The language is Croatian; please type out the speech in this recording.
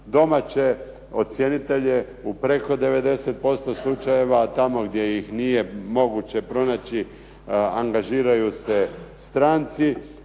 domaće ocjenitelje u preko 90% slučajeva, a tamo gdje ih nije moguće pronaći angažiraju se stranci,